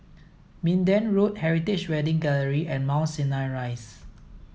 Minden Road Heritage Wedding Gallery and Mount Sinai Rise